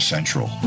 Central